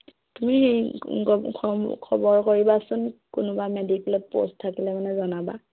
তুমি খবৰ কৰিবাচোন কোনোবা মেডিকেলত প'ষ্ট থাকিলে মানে জনাবা